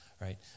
Right